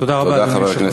תודה רבה, אדוני היושב-ראש.